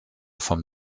vom